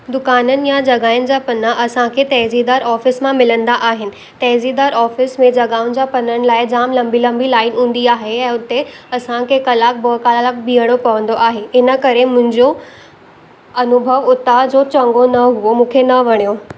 दुकाननि या जॻहिनि जा पना असांखे तहज़ीदार ऑफ़िस मां मिलंदा आहिनि तहज़ीदार ऑफ़िस में जॻहियुनि जा पननि लाइ जाम लंबी लंबी लाइन हूंदी आहे ऐं हुते असांखे कलाकु ॿ कलाक बीहणो पवंदो आहे इन करे मुंहिंजो अनुभव उतांजो चङो न हुओ मूंखे न वणियो